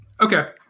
Okay